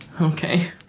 Okay